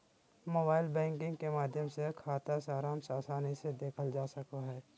mobile banking के माध्यम से खाता सारांश आसानी से देखल जा सको हय